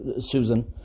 Susan